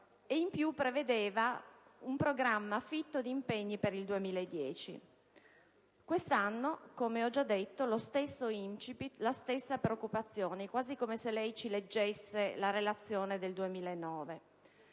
e prevedeva un programma fitto di impegni per il 2010. Quest'anno, come ho già detto, lo stesso *incipit*, la stessa preoccupazione, quasi come se lei ci leggesse la relazione del 2009.